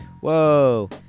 Whoa